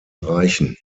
reichen